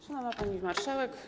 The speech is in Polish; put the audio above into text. Szanowna Pani Marszałek!